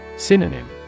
Synonym